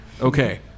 Okay